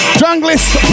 junglist